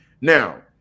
Now